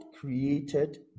created